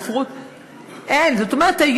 זאת אומרת,